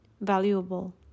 valuable